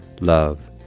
love